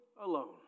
alone